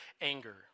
anger